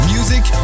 Music